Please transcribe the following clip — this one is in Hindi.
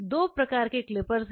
2 प्रकार के क्लिपर्स हैं